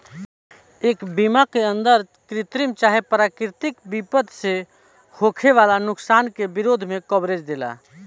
ए बीमा के अंदर कृत्रिम चाहे प्राकृतिक विपद से होखे वाला नुकसान के विरोध में कवरेज देला